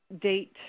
date